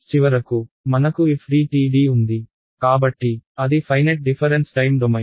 చివరకు మనకు FDTD ఉంది కాబట్టి అది ఫైనెట్ డిఫరెన్స్ టైమ్ డొమైన్